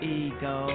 ego